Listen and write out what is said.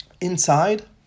inside